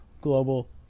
global